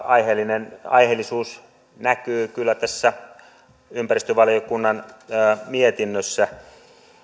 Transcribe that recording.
aiheellinen aiheellisuus näkyy kyllä tässä ympäristövaliokunnan mietinnössä